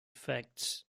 effects